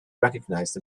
recognized